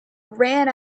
ran